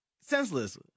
Senseless